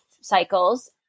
cycles